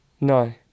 No